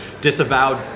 Disavowed